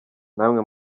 namwe